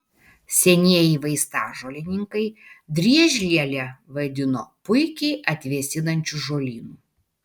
senieji vaistažolininkai driežlielę vadino puikiai atvėsinančiu žolynu